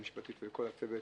ליועצת המשפטית ולכל הצוות